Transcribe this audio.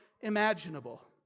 imaginable